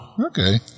Okay